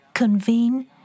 Convene